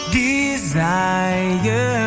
desire